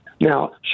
Now